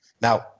Now